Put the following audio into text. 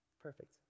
perfect